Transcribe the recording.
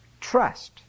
Trust